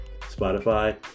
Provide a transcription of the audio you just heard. Spotify